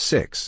Six